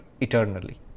eternally